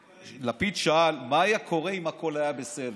לפיד שאל מה היה קורה אם הכול היה בסדר.